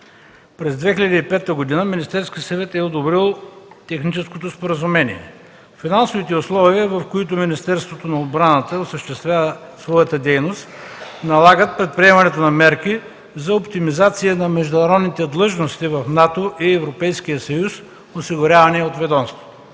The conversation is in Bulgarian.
През 2005 г. Министерският съвет е одобрил Техническото споразумение. Финансовите условия, в които Министерството на отбраната осъществява своята дейност, налагат предприемането на мерки за оптимизация на международните длъжности в НАТО и Европейския съюз, осигурявани от ведомството.